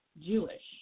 Jewish